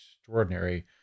extraordinary